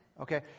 Okay